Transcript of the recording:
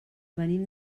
venim